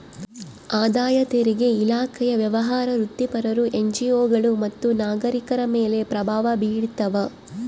ಆದಾಯ ತೆರಿಗೆ ಇಲಾಖೆಯು ವ್ಯವಹಾರ ವೃತ್ತಿಪರರು ಎನ್ಜಿಒಗಳು ಮತ್ತು ನಾಗರಿಕರ ಮೇಲೆ ಪ್ರಭಾವ ಬೀರ್ತಾವ